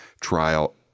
trial